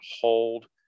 hold